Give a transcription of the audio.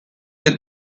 with